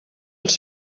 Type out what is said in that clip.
els